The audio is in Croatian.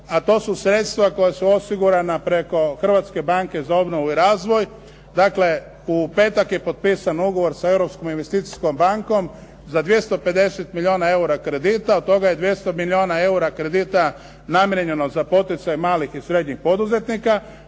a to su sredstva koja su osigurana preko Hrvatske banke za obnovu i razvoj. Dakle, u petak je potpisan ugovor sa Europskom investicijskom bankom za 250 milijuna eura kredita, od toga je 200 milijuna eura kredita namijenjeno za poticaj malih i srednjih poduzetnika.